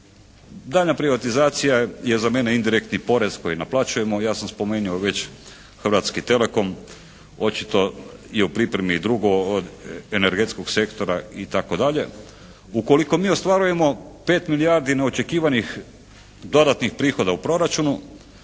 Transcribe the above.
Daljnja privatizacija je za mene indirektni porez koji naplaćujemo. I ja sam spomenuo već hrvatski Telekom. Očito je u pripremi i drugo od energetskog sektora itd. Ukoliko mi ostvarujemo pet milijardi neočekivanih dodatnih prihoda u proračunu